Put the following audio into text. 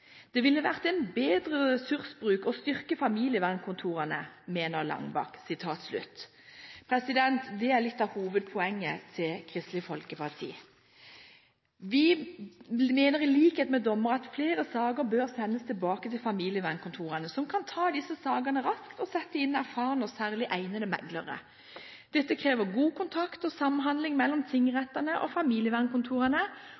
Det ville vært en bedre ressursbruk å styrke familievernkontorene». Det er litt av hovedpoenget til Kristelig Folkeparti. Vi mener i likhet med dommere at flere saker bør sendes tilbake til familievernkontorene, som kan ta disse sakene raskt og sette inn erfarne og særlig egnede meklere. Dette krever god kontakt og samhandling mellom